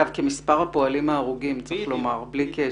כמספר הפועלים ההרוגים, צריך לומר בלי קשר.